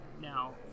Now